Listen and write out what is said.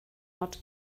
not